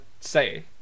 say